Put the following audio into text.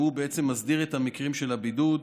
הוא בעצם מסדיר את המקרים של הבידוד.